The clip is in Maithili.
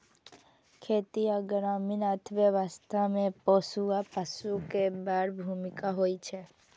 खेती आ ग्रामीण अर्थव्यवस्था मे पोसुआ पशु के बड़ भूमिका होइ छै